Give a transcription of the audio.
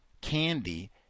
candy